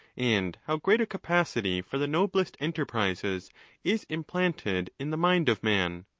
and how great a capacity for the noblest enterprises is im planted in the mind of man,